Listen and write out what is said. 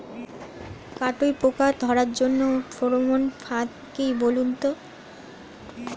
কাটুই পোকা ধরার জন্য ফেরোমন ফাদ কি বলুন তো?